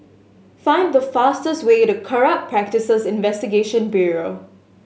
find the fastest way to Corrupt Practices Investigation Bureau